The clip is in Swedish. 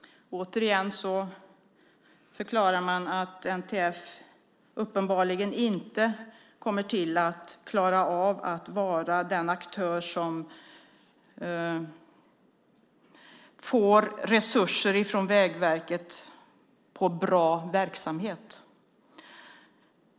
Återigen förklarar man att NTF uppenbarligen inte kommer att klara av att vara den aktör som får resurser från Vägverket på grund av bra verksamhet.